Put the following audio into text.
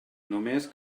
només